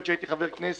עוד מאז שהייתי חבר כנסת,